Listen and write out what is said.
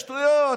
שטויות,